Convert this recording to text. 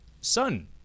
sun